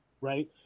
right